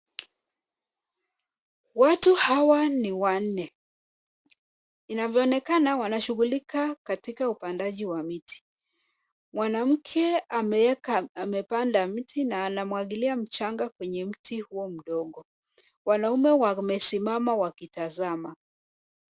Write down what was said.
Watu hawa ni wanne. Inavyoonekana, wanashughulika katika upandaji wa miti . Mwanamke amepanda mti na anamwagilia changa kwenye mti huo mdogo. Wanaume wamesimama wakitazama.